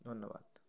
ধন্যবাদ